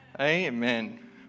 Amen